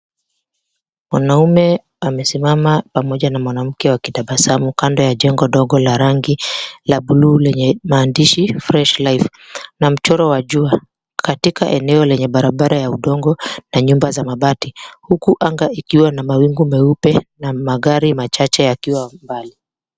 Mwanaume amesimama pamoja na mwanamke wakitabasamu kando ya jengo dogo la rangi la bluu lenye maandishi Fresh Life, na mchoro wa jua katika eneo lenye barabara ya udongo na nyumba za mabati huku anga ikiwa na mawingu meupe na magari machache yakiwa mbali.